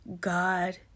God